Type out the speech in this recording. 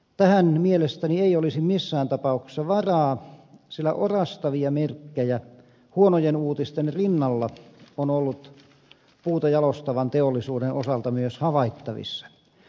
tähän mielestäni ei olisi missään tapauksessa varaa sillä orastavia merkkejä huonojen uutisten rinnalla on ollut puuta jalostavan teollisuuden osalta myös havaittavissa